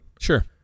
Sure